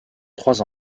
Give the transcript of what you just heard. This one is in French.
trois